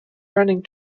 running